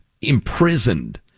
imprisoned